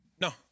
No